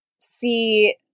see